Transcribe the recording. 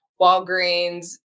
Walgreens